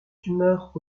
tumeur